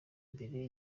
mbere